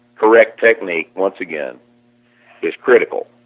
correct technique once again is critical.